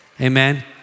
Amen